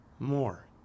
more